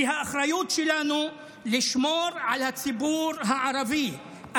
כי האחריות שלנו היא לשמור על הציבור הערבי,